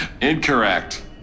Incorrect